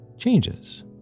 Changes